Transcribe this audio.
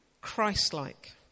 Christ-like